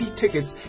tickets